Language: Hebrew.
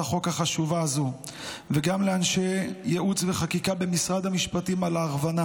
החוק החשובה הזאת וגם לאנשי ייעוץ וחקיקה במשרד המשפטים על ההכוונה,